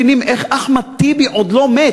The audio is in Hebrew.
יש שם אנשים שאומרים שהם לא מבינים איך אחמד טיבי עוד לא מת,